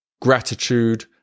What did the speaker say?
gratitude